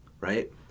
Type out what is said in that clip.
right